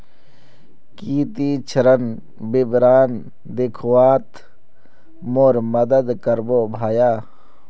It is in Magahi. की ती ऋण विवरण दखवात मोर मदद करबो भाया